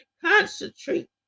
Concentrate